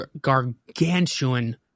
gargantuan